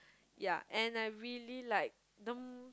ya and I really like um